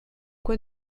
quoi